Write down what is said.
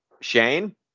Shane